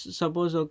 suppose